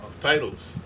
titles